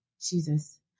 Jesus